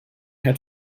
had